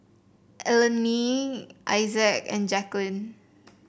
Allene Issac and Jacklyn